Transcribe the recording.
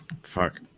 fuck